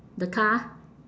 the car